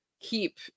keep